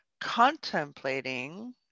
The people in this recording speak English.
contemplating